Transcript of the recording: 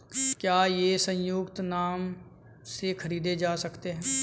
क्या ये संयुक्त नाम से खरीदे जा सकते हैं?